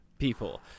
people